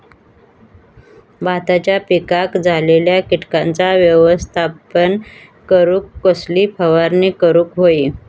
भाताच्या पिकांक झालेल्या किटकांचा व्यवस्थापन करूक कसली फवारणी करूक होई?